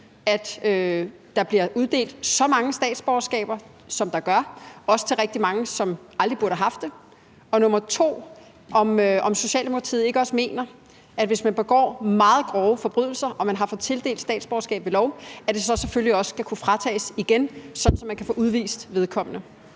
at der bliver uddelt så mange statsborgerskaber, som der gør, også til rigtig mange, som aldrig burde have haft det, og mener Socialdemokratiet ikke også, at hvis man begår meget grove forbrydelser og man har fået tildelt statsborgerskab ved lov, skal man selvfølgelig også kunne fratages det igen, så vedkommende